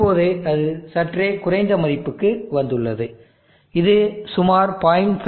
இப்போது அது சற்றே குறைந்த மதிப்புக்கு வந்துள்ளது இது சுமார் 0